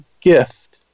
gift